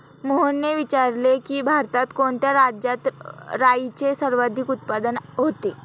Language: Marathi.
मोहनने विचारले की, भारतात कोणत्या राज्यात राईचे सर्वाधिक उत्पादन होते?